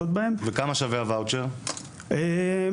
ביטוח לאומי,